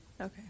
Okay